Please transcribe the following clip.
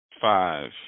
five